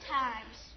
times